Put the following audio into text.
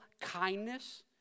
kindness